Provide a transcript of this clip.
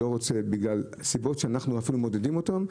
בגלל סיבות שאנחנו אפילו מעודדים אותן,